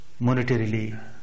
monetarily